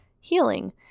healing